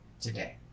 today